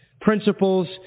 principles